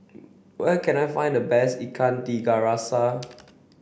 where can I find the best Ikan Tiga Rasa